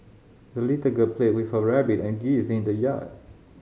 the little girl played with her rabbit and geese in the yard